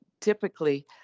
typically